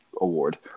award